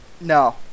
no